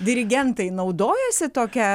dirigentai naudojasi tokia